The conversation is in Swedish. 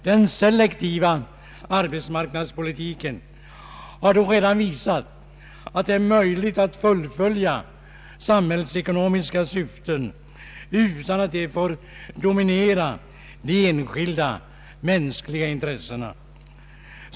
Den selektiva arbetsmarknadspolitiken har dock redan visat att det är möjligt att fullfölja samhällsekonomiska syften utan att de får dominera de enskilda, mänskliga intressena.